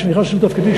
כשנכנסתי לתפקידי,